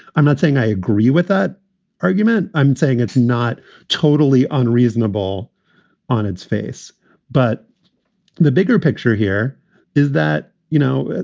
i'm not saying i agree with that argument. i'm saying it's not totally unreasonable on its face but the bigger picture here is that, you know,